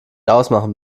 ausmachen